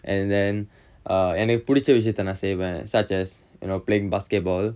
and then err எனக்கு பிடிச்ச விஷயத்தை நா செய்வேன்:enakku pidicha vishayatha naa seivaen such as you know playing basketball